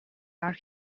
are